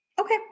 Okay